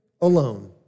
alone